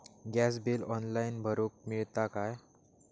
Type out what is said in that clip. Gas bill online भरुक मिळता काय?